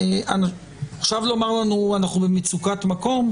עכשיו לומר לנו: אנחנו במצוקת מקום?